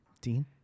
Dean